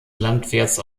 landwirts